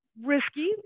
risky